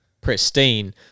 pristine